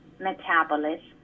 metabolism